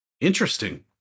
Interesting